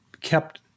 kept